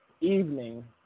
evening